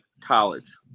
college